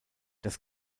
das